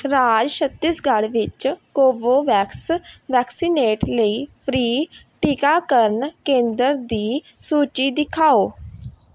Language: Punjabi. ਰਾਜ ਛੱਤੀਸਗੜ੍ਹ ਵਿੱਚ ਕੋਵੋਵੈਕਸ ਵੈਕਸੀਨੇਟ ਲਈ ਫ੍ਰੀ ਟੀਕਾਕਰਨ ਕੇਂਦਰ ਦੀ ਸੂਚੀ ਦਿਖਾਓ